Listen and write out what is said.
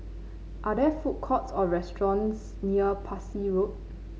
are there food courts or restaurants near Parsi Road